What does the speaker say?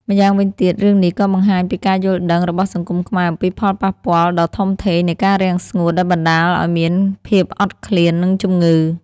ម្យ៉ាងវិញទៀត រឿងនេះក៏បង្ហាញពីការយល់ដឹងរបស់សង្គមខ្មែរអំពីផលប៉ះពាល់ដ៏ធំធេងនៃការរាំងស្ងួត ដែលបណ្ដាលឱ្យមានភាពអត់ឃ្លាន និងជំងឺ ។